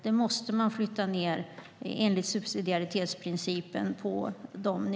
Det måste man flytta ned på de nivåerna enligt subsidiaritetsprincipen.